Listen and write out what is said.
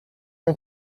you